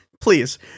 please